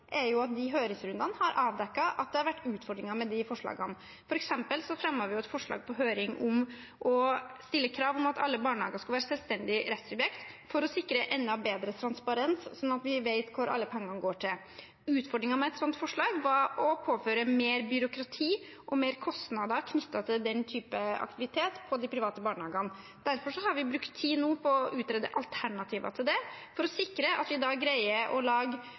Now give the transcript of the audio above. høringsrundene avdekket at det har vært utfordringer med de forslagene. Vi fremmet f.eks. et forslag på høring om å stille krav om at alle barnehager skulle være selvstendige rettssubjekt, for å sikre enda bedre transparens, sånn at vi vet hva alle pengene går til. Utfordringen med et sånt forslag var å påføre mer byråkrati og mer kostnader knyttet til den typen aktivitet for de private barnehagene. Derfor har vi brukt tid på å utrede alternativer til det, for å sikre at vi greier å lage